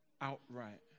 outright